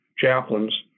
Chaplains